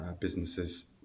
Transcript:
businesses